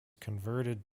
converted